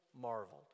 marveled